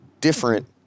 different